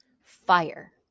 fire